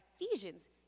Ephesians